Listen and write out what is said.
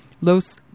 Los